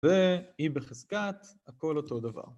ו e בחזקת, הכל אותו דבר.